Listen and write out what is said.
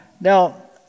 Now